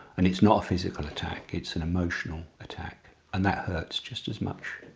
and it's not a physical attack. it's an emotional attack, and that hurts just as much.